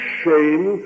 shame